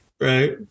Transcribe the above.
Right